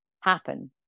happen